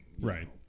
Right